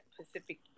Pacific